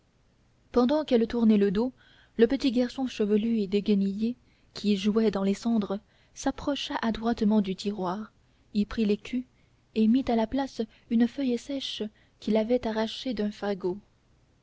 pendant qu'elle tournait le dos le petit garçon chevelu et déguenillé qui jouait dans les cendres s'approcha adroitement du tiroir y prit l'écu et mit à la place une feuille sèche qu'il avait arrachée d'un fagot